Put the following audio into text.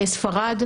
ספרד,